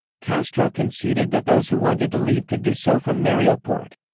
castro conceded that those who wanted to leave could do so from mariel port.